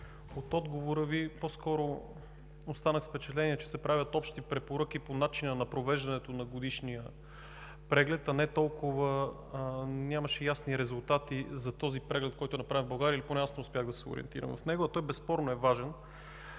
от отговора Ви по-скоро останах впечатление, че се правят общи препоръки по начина на провеждането на годишния преглед, а нямаше ясни резултати за този преглед, който е направен в България, или поне аз не успях да се ориентирам в него. Той безспорно е важен,